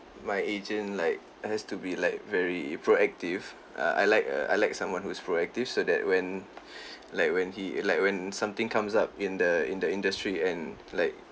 my agent like has to be like very proactive uh I like uh I like someone who's proactive so that when like when he like when something comes up in the in the industry and like